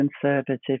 conservative